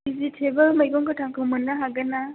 vegetable मैगं गोथांखौ मोननो हागोन ना